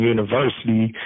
University